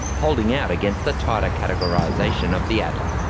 holding out against the tighter categorisation of the adler.